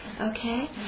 Okay